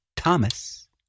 Thomas